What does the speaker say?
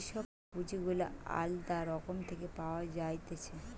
যে সব পুঁজি গুলা আলদা রকম থেকে পাওয়া যাইতেছে